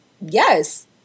Yes